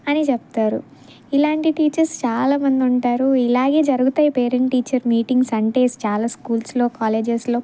అనే చెప్తారు ఇలాంటి టీచర్స్ చాలా మంది ఉంటారు ఇలాగే జరుగుతాయి పేరెంట్ టీచర్ మీటింగ్స్ అంటే చాలా స్కూల్స్లో కాలేజెస్లో